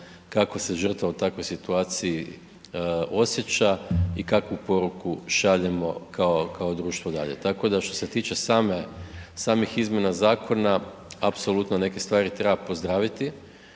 kako se žrtva u takvoj situaciji osjeća i kakvu poruku šaljemo kao, kao društvo dalje, tako da što se tiče same, samih izmjena zakona apsolutno neke stvari treba pozdraviti,